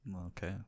Okay